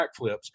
backflips